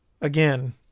again